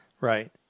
Right